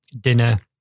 dinner